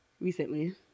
Recently